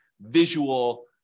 visual